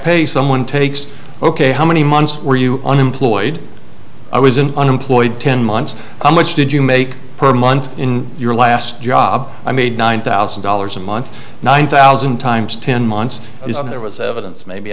pay someone takes ok how many months were you unemployed i was an unemployed ten months i'm which did you make per month in your last job i made nine thousand dollars a month nine thousand times ten months is there was evidence maybe